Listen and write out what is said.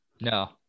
No